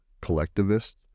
collectivists